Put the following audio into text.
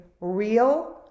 real